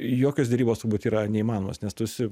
jokios derybos turbūt yra neįmanomos nes tu esi